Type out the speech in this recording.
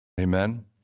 Amen